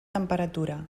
temperatura